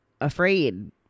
afraid